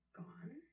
gone